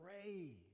pray